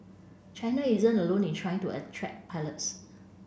China isn't alone in trying to attract pilots